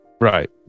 right